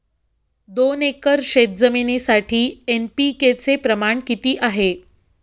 दोन एकर शेतजमिनीसाठी एन.पी.के चे प्रमाण किती आहे?